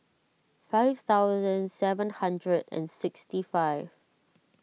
five thousand seven hundred and sixty five